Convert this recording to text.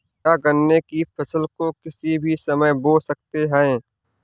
क्या गन्ने की फसल को किसी भी समय बो सकते हैं?